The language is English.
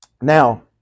Now